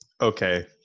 okay